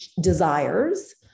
desires